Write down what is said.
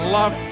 love